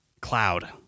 cloud